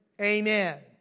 Amen